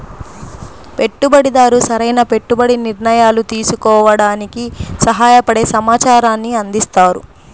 పెట్టుబడిదారు సరైన పెట్టుబడి నిర్ణయాలు తీసుకోవడానికి సహాయపడే సమాచారాన్ని అందిస్తారు